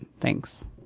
Thanks